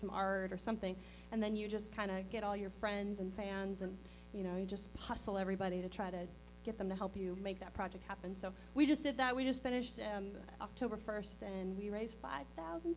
some art or something and then you just kind of get all your friends and fans and you know you just hustle everybody to try to get them to help you make that project happen so we just did that we just finished october first and we raise five thousand